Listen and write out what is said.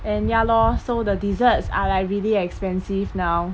and ya lor so the desserts are like really expensive now